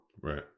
Right